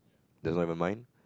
that's never mind